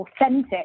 authentic